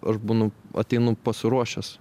aš būnu ateinu pasiruošęs